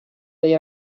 dei